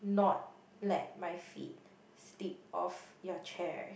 not let my feet slip off your chair